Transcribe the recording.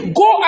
go